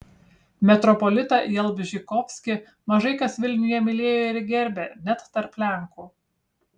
metropolitą jalbžykovskį mažai kas vilniuje mylėjo ir gerbė net tarp lenkų